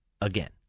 again